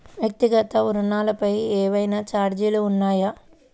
వ్యక్తిగత ఋణాలపై ఏవైనా ఛార్జీలు ఉన్నాయా?